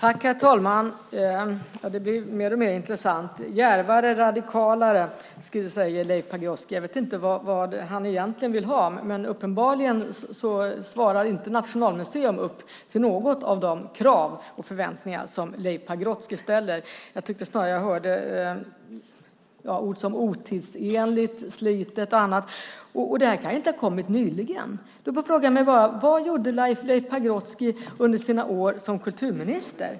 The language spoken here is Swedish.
Herr talman! Det blir mer och mer intressant. Djärvare och radikalare, säger Leif Pagrotsky. Jag vet inte vad han egentligen vill ha, men uppenbarligen når inte Nationalmuseum upp till något av de krav och förväntningar som Leif Pagrotsky ställer. Jag tyckte snarare att jag hörde ord om otidsenligt, slitet och annat. Det här kan ju inte har kommit nyligen. Jag frågar mig bara vad Leif Pagrotsky gjorde under sina år som kulturminister.